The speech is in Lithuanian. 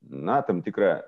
na tam tikrą